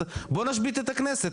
בוא נשבית את הכנסת,